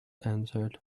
answered